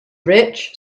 rich